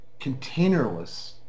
containerless